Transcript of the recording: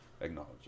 acknowledge